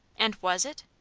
and was it?